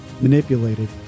manipulated